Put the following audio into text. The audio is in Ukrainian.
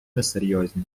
несерйозні